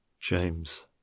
James